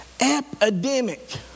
Epidemic